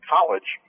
College